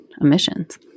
emissions